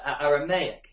Aramaic